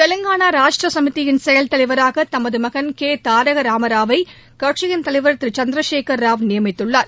தெலங்கானா ராஷ்டிரிய சமிதியின் செயல் தலைவராக தமது மகன் கே தாரக ராமராவை கட்சியின் தலைவர் திரு சந்திரகேகர ராவ் நியமித்துள்ளார்